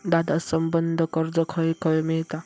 दादा, संबंद्ध कर्ज खंय खंय मिळता